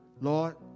Lord